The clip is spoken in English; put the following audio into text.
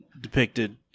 depicted